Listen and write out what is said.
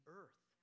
earth